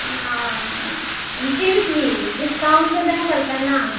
हाँ जे भी डिस्काउन्ट तऽ दिअ पड़तै ने